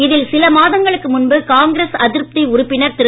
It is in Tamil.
இதில் சில மாதங்களுக்கு முன்பு காங்கிரஸ் அதிருப்தி உறுப்பினர் திரு